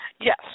Yes